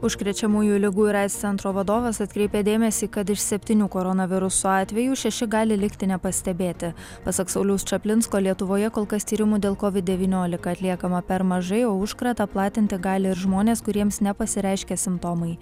užkrečiamųjų ligų ir aids centro vadovas atkreipė dėmesį kad iš septynių koronaviruso atvejų šeši gali likti nepastebėti pasak sauliaus čaplinsko lietuvoje kol kas tyrimų dėl covid devyniolika atliekama per mažai užkratą platinti gali ir žmonės kuriems nepasireiškia simptomai